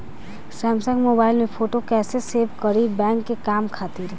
Samsung mobile में photo कैसे save करीं बैंक के काम खातिर?